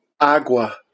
Agua